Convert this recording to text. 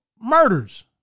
murders